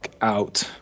out